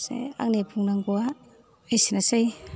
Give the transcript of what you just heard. लोगोसे आंनि बुंनांगौआ एसेनोसै